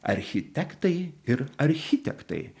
architektai ir architektai